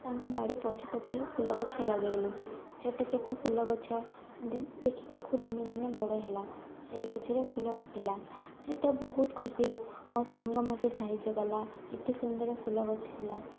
ତାଙ୍କ ବାଡ଼ି ପଛ ପଟେ ଫୁଲ ଗଛ ଲଗାଇଲୁ ଛୋଟ ଛୋଟ ଫୁଲ ଗଛ ଦେଖି ଦେଖୁ ଦିନେ ଦିନେ ବଡ଼ ହେଲା ସେଇ ଗଛରେ ଫୁଲ ଫୁଟିଲା ସେ ତ ବହୁତ ଖୁସି ମୋ ସାଙ୍ଗ ମୋତେ ସାହାଯ୍ୟ କଲା ଏତେ ସୁନ୍ଦର ଫୁଲ ଗଛ ହେଲା